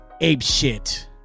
apeshit